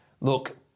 Look